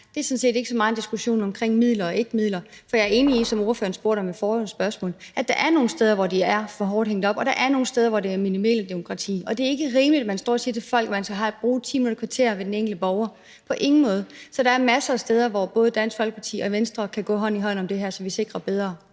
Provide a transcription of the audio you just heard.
Det er sådan set ikke så meget en diskussion om midler eller ingen midler, for jeg er enig i det, som ordføreren spurgte om ved det forrige spørgsmål, nemlig at der er nogle steder, hvor man er for hårdt hængt op, og at der er nogle steder, hvor der er millimeterdemokrati. Og det er ikke rimeligt, at man står og siger til folk, at de skal bruge 10 minutter, et kvarter ved den enkelte borger – på ingen måde. Så der er masser af steder, hvor Dansk Folkeparti og Venstre kan gå hånd i hånd om det her, så vi sikrer bedre